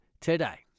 today